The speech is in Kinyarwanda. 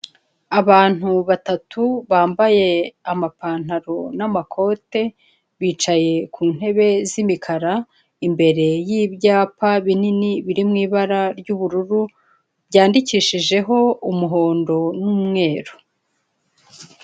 Abantu batatu bambaye ama pantaro n'amakote bicaye ku ntebe z'imikara imbere y'ibyapa binini biri m’ ibara ry'ubururu byandi kishijeho umuhondo n'umweru.